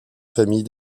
famille